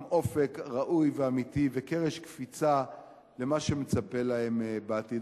עם אופק ראוי ואמיתי וקרש קפיצה למה שמצפה להם בעתיד.